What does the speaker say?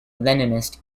leninist